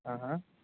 ఆహా